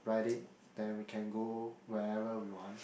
ride it then we can go where ever we want